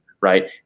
Right